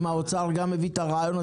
אם האוצר גם הביא את הרעיון,